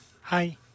Hi